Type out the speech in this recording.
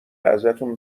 ازتون